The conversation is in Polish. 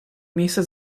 miejsce